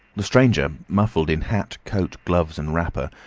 the stranger, muffled in hat, coat, gloves, and wrapper,